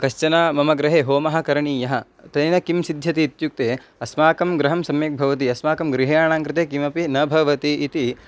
कश्चन मम गृहे होमः करणीयः तेन किं सिद्ध्यति इत्युक्ते अस्माकं गृहं सम्यक् भवति अस्माकं गृहाणां कृते किमपि न भवति इति